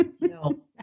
No